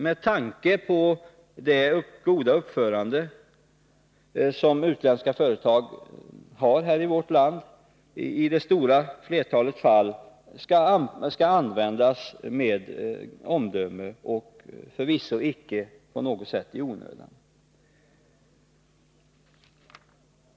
Med tanke på de positiva erfarenheter vi i flertalet fall har av utländska företag i vårt land skall verksamhetskontrollen emellertid tillämpas med omdöme och förvisso icke på något sätt i onödan.